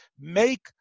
make